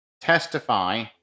testify